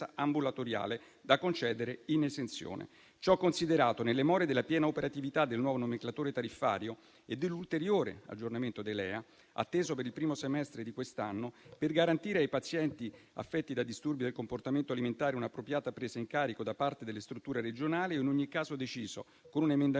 ambulatoriale da concedere in esenzione. Ciò considerato, nelle more della piena operatività del nuovo nomenclatore tariffario e dell'ulteriore aggiornamento dei LEA, atteso per il primo semestre di quest'anno, per garantire ai pazienti affetti da disturbi del comportamento alimentare un'appropriata presa in carico da parte delle strutture regionali, si è in ogni caso deciso, con un emendamento